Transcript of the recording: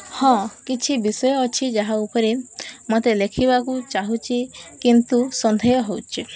ହଁ କିଛି ବିଷୟ ଅଛି ଯାହା ଉପରେ ମୋତେ ଲେଖିବାକୁ ଚାହୁଁଛି କିନ୍ତୁ ସନ୍ଦେହ ହେଉଛି